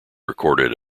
recorded